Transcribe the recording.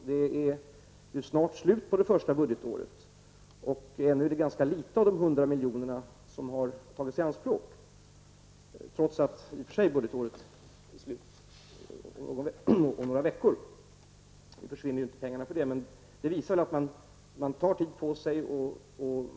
Det är ju snart slut på de första budgetåret och ännu är det en ganska liten del av de hundra miljonerna som har tagits i anspråk, trots att budgetåret i och för sig är slut om några veckor. Nu försvinner inte pengarna för det, men det visar att man tar tid på sig.